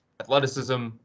athleticism